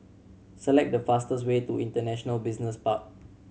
select the fastest way to International Business Park